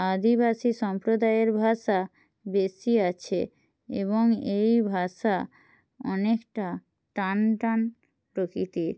আদিবাসী সম্প্রদায়ের ভাষা বেশি আছে এবং এই ভাষা অনেকটা টানটান প্রকৃতির